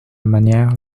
manière